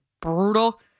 brutal